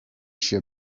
się